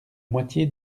moitié